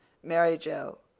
mary joe.